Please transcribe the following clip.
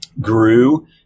grew